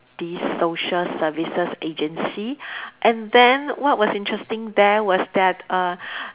the social services agency and then what was interesting there was that err